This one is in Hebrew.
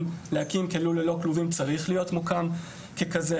להקים כלול ללא כלובים צריך להיות מוקם ככזה.